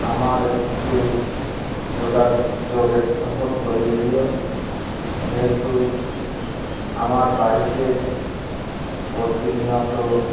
আমার একটু যোগাযোগ স্থাপন করিয়ে দিও যেহেতু আমার বাড়িতে প্রতিনিয়ত